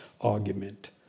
argument